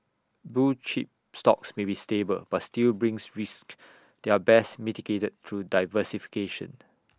blue chip stocks may be stable but still brings risks they are best mitigated through diversification